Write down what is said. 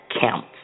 counts